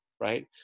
Right